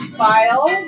file